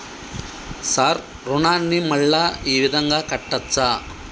Sir రుణాన్ని మళ్ళా ఈ విధంగా కట్టచ్చా?